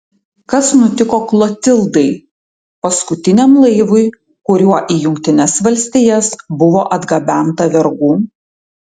kas nutiko klotildai paskutiniam laivui kuriuo į jungtines valstijas buvo atgabenta vergų